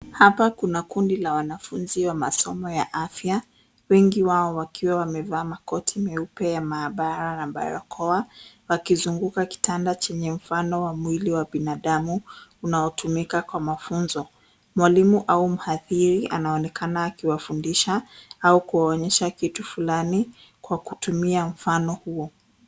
Hapa kuna kundi la wanafunzi wa masomo ya afya, wengi wao wakiwa wamevaa makoti meupe ya maabara na barakoa, wakizunguka kitanda chenye mfano wa mwili wa binadamu unaotumika kwa mafunzo. Mwalimu au mhadhiri anaonekana akiwafundisha au kuwaonyesha kitu fulani kwa kutumia mfano huo.